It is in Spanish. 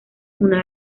una